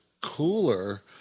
cooler